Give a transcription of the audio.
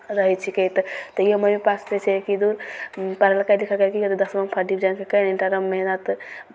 रहै छिकै तऽ तैओ मम्मी पापा सोचै छै कि दुर पढ़लकै लिखलकै कि कहतै दसमोमे फस्र्ट डिवीजनसे करि इण्टर एकदम मेहनति